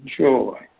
joy